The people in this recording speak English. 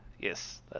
Yes